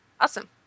Awesome